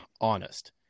honest